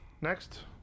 Next